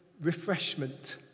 refreshment